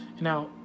now